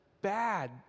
bad